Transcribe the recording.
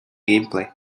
gameplay